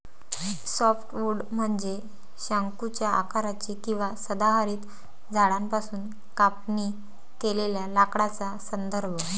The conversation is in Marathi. सॉफ्टवुड म्हणजे शंकूच्या आकाराचे किंवा सदाहरित झाडांपासून कापणी केलेल्या लाकडाचा संदर्भ